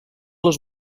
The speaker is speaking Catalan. les